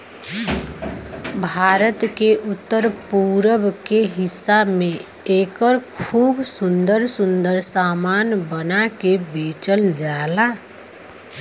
भारत के उत्तर पूरब के हिस्सा में एकर खूब सुंदर सुंदर सामान बना के बेचल जाला